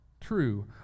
true